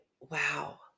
wow